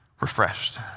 refreshed